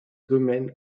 domaine